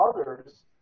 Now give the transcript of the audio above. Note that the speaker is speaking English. others